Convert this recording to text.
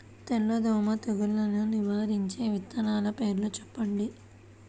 తెల్లదోమ తెగులును నివారించే విత్తనాల పేర్లు చెప్పండి?